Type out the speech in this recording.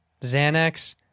Xanax